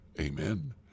Amen